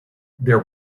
there